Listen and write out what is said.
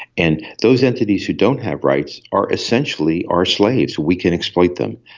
and those entities who don't have rights are essentially our slaves, we can exploit them.